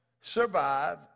survive